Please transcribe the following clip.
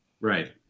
Right